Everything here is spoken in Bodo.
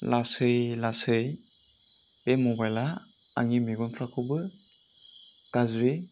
लासै लासै बे मबाइलआ आंनि मेगनफ्राखौबो गाज्रि